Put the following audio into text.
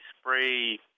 spray